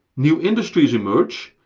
new industries emerge,